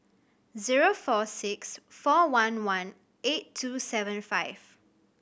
zero four six four one one eight two seven five